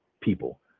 People